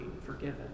forgiven